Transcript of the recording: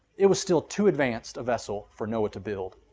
it was still too advanced a vessel for noah to build,